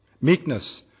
meekness